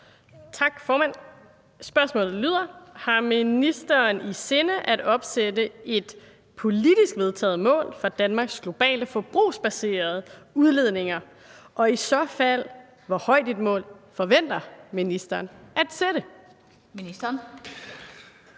Carl Valentin (SF)): Har ministeren i sinde at opsætte et politisk vedtaget mål for Danmarks globale forbrugsbaserede udledninger, og i så fald, hvor højt et mål forventer ministeren at sætte? Skriftlig